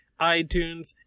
iTunes